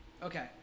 Okay